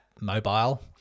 mobile